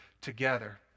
together